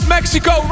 Mexico